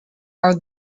are